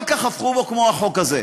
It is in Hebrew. כל כך הפכו בו, כמו החוק הזה.